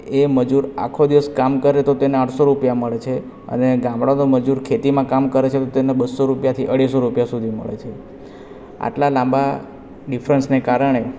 એ મજૂર આખો દિવસ કામ કરે તો તેને આઠસો રૂપિયા મળે છે અને ગામડાનો મજૂર ખેતીમાં કામ કરે છે તો તેને બસો રૂપિયાથી અઢીસો રૂપિયા સુધી મળે છે આટલા લાંબા ડિફરન્સને કારણે